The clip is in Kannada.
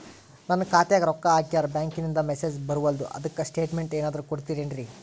ನನ್ ಖಾತ್ಯಾಗ ರೊಕ್ಕಾ ಹಾಕ್ಯಾರ ಬ್ಯಾಂಕಿಂದ ಮೆಸೇಜ್ ಬರವಲ್ದು ಅದ್ಕ ಸ್ಟೇಟ್ಮೆಂಟ್ ಏನಾದ್ರು ಕೊಡ್ತೇರೆನ್ರಿ?